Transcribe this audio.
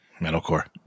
Metalcore